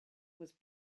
was